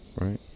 Right